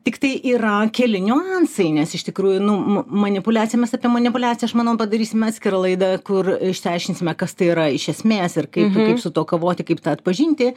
tiktai yra keli niuansai nes iš tikrųjų nu ma manipuliacija mes apie manipuliaciją aš manau padarysim atskirą laidą kur išsiaiškinsime kas tai yra iš esmės ir kaip kaip su tuo kovoti kaip tą atpažinti